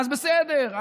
אז בסדר,